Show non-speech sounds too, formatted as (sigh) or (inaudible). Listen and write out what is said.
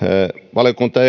valiokunta (unintelligible)